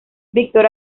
víctor